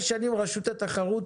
חמש שנים רשות התחרות